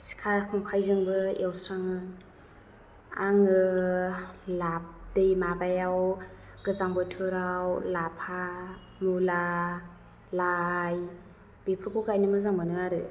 सिखा खंखायजोंबो एवस्राङो आङो लाफ दै माबायाव गोजां बोथोराव लाफा मुला लाय बेफोरखौ गायनो मोजां मोनो आरो